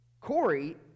Corey